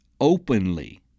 openly